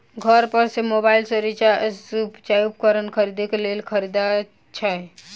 घर पर सऽ मोबाइल सऽ सिचाई उपकरण खरीदे केँ लेल केँ तरीका छैय?